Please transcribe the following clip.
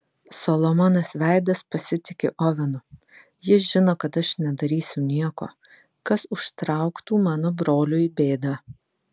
solomonas veidas pasitiki ovenu jis žino kad aš nedarysiu nieko kas užtrauktų mano broliui bėdą